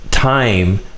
Time